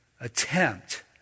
attempt